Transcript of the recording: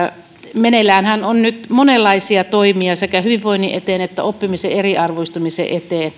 meneilläänhän on nyt monenlaisia toimia sekä hyvinvoinnin eteen että oppimisen eriarvoistumisen